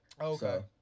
Okay